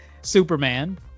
superman